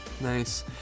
nice